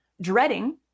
dreading